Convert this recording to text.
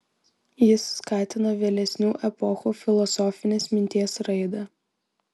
jis skatino vėlesnių epochų filosofinės minties raidą